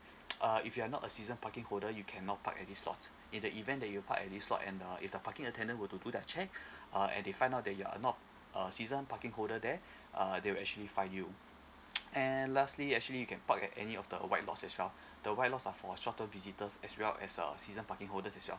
uh if you're not a season parking holder you cannot park at the lots in the event that you park at this lots and uh if the parking attendant were to do the check uh and they find out that you are not a season parking holder there uh they will actually fine you and lastly actually you can park at any of the white lots as well the white lots are for short term visitors as well as uh season parking holders as well